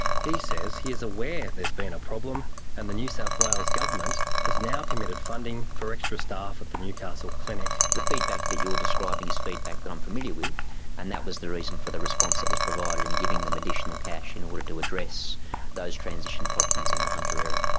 he says he is aware there's been a problem and the new south wales government has now committed funding for extra staff at the newcastle clinic. the feedback that you're describing is feedback that i'm familiar with and that was the reason for the response that was provided in giving them additional cash in order to address those transition problems in the hunter area.